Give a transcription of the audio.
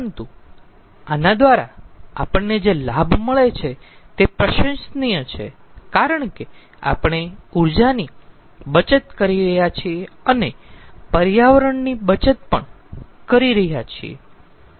પરંતુ આના દ્વારા આપણને જે લાભ મળે છે તે પ્રશંસનીય છે કારણ કે આપણે ઊર્જાની બચત કરી રહ્યા છીએ અને પર્યાવરણની બચત પણ કરી રહ્યા છીએ